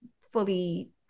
fully